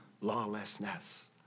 lawlessness